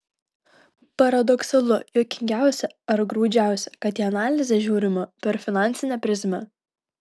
paradoksalu juokingiausia ar graudžiausia kad į analizę žiūrima per finansinę prizmę